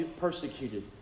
persecuted